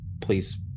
Please